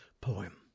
poem